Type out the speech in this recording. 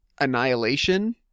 Annihilation